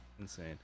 Insane